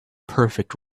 perfect